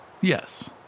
Yes